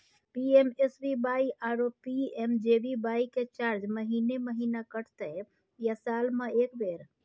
PMSBY आरो PMJBY के charge महीने महीना कटते या साल म एक बेर?